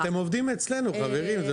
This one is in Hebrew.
אתם עובדים אצלנו חברים.